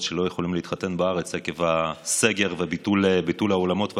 שלא יכולים להתחתן בארץ עקב הסגר וביטול האולמות והחתונות,